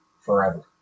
Forever